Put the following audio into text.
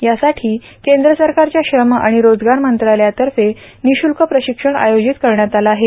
यासाठी केंद्र सरकारच्या श्रम आणि रोजगार मंत्रालयातर्फे निःशुल्क प्रशिक्षण आयोजित करण्यात आलं आहे